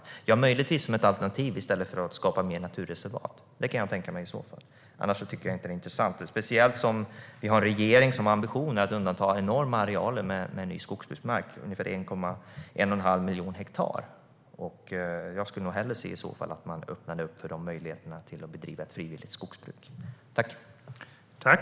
Möjligtvis är det ett alternativ i stället för att skapa fler naturreservat. Det kan jag tänka mig. Annars är det inte intressant. Det gäller speciellt som regeringen har ambitionen att undanta enorma arealer ny skogsbruksmark, ungefär en och en halv miljon hektar. Jag skulle hellre se att man öppnar möjligheten att bedriva ett frivilligt skogsbruk.